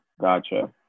Gotcha